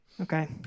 Okay